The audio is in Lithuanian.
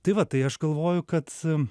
tai va tai aš galvoju kad